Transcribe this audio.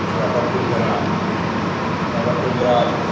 rubber tube ଦ୍ଵାରା rubber tube ଦ୍ଵାରା